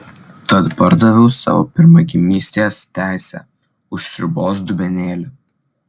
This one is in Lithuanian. tad pardaviau savo pirmagimystės teisę už sriubos dubenėlį